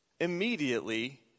immediately